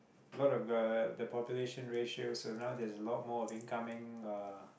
a lot of the the population ratio so now there's a lot more of incoming uh